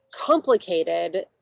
complicated